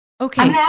Okay